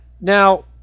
Now